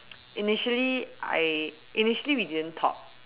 initially I initially we didn't talk